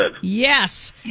Yes